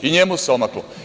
I njemu se omaklo.